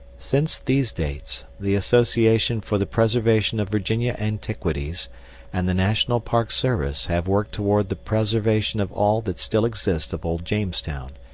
since these dates, the association for the preservation of virginia antiquities and the national park service have worked toward the preservation of all that still exists of old jamestown,